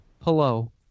Hello